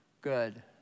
Good